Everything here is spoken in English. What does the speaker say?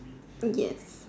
yes